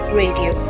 radio